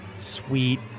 sweet